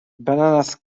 bananas